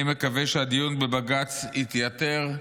אני מקווה שהדיון בבג"ץ יתייתר,